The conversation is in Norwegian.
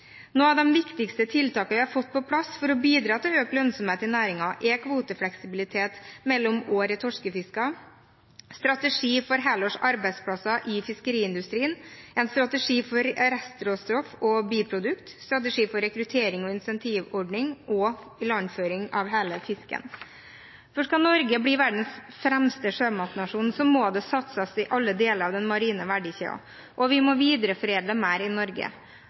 Noen av de viktigste tiltakene vi har fått på plass for å bidra til økt lønnsomhet i næringen, er kvotefleksibilitet mellom år i torskefisket, strategi for helårs arbeidsplasser i fiskeriindustrien, strategi for restråstoff og biprodukt, strategi for rekruttering og incentivordning og ilandføring av hele fisken. Skal Norge bli verdens fremste sjømatnasjon, må det satses i alle deler av den marine verdikjeden, og vi må videreforedle mer i Norge.